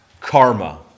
karma